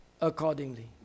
accordingly